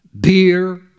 beer